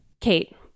kate